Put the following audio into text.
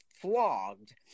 flogged